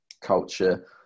culture